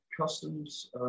Customs